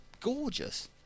gorgeous